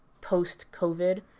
post-COVID